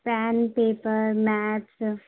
pen paper maps